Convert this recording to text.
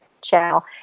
Channel